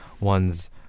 one's